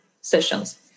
sessions